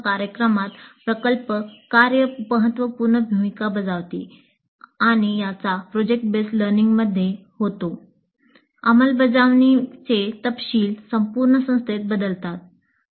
अंमलबजावणीचे तपशील संपूर्ण संस्थेत बदलतात